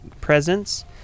presents